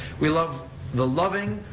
we love the loving,